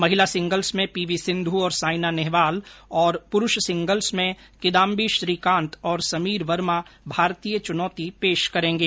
महिला सिंगल्स में पीवीसिन्धू और साइना नेहवाल और पुरूष सिंगल्स में किदांबी श्रीकांत और समीर वर्मा भारतीय चुनौती पेश करेंगे